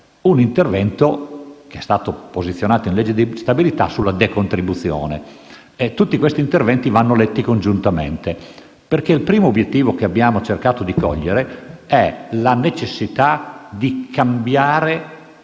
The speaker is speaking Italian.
un intervento, che è stato posizionato in legge di stabilità, sulla decontribuzione. Tutti questo interventi vanno letti congiuntamente. Il primo obiettivo che abbiamo cercato di cogliere è la necessità di cambiare